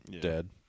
Dead